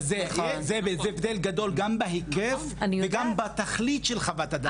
זה הבדל גדול גם בהיקף וגם בתכלית של חוות הדעת.